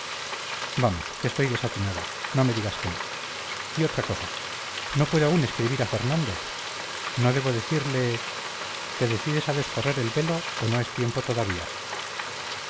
vamos que estoy desatinada no me digas que no y otra cosa no puedo aún escribir a fernando no debo decirle te decides a descorrer el velo o no es tiempo todavía